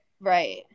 Right